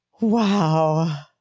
wow